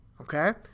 Okay